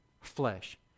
Flesh